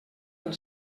del